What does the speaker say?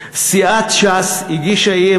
של עניין, גם השבוע, תפרש לי למי אתה מתכוון.